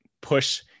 push